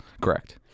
Correct